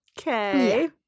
Okay